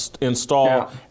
install